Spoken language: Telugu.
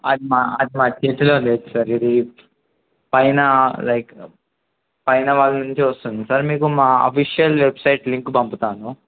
అది మా అది మా చేతిలో లేదు సార్ ఇది పైన లైక్ పైన వాళ్ళ నుంచి వస్తుంది సార్ మీకు మా ఆఫీషియల్ వెబ్సైట్ లింక్ పంపుతాను